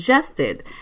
suggested